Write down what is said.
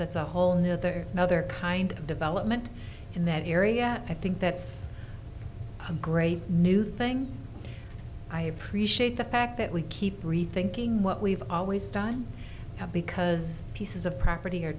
that's a whole nother other kind of development in that area i think that's a great new thing i appreciate the fact that we keep breed thinking what we've always done because pieces of property